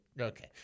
okay